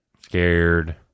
scared